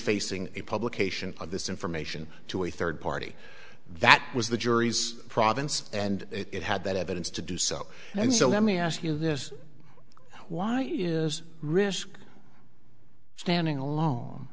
facing a publication of this information to a third party that was the jury's province and it had that evidence to do so and so let me ask you this why it is risky standing alone